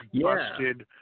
busted